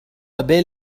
بيل